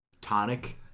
tonic